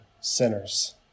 sinners